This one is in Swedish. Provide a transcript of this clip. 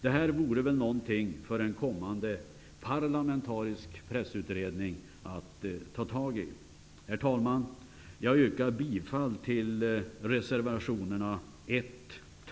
Detta vore väl någonting för en kommande parlamentarisk pressutredning att ta tag i. Herr talman! Jag yrkar bifall till reservationerna 1,